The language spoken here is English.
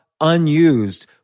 unused